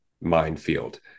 minefield